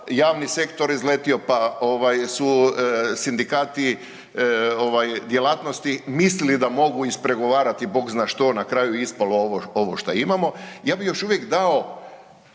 javni sektor izletio, pa ovaj su sindikati ovaj djelatnosti mislili da mogu ispregovarati Bog zna što, na kraju je ispalo ovo što imamo ja bih još uvijek dao